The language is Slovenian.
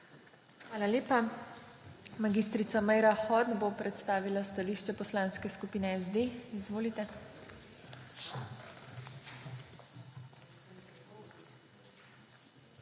Hvala lepa. Mag. Meira Hot bo predstavila stališče Poslanske skupine SD. Izvolite.